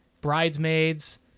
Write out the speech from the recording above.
bridesmaids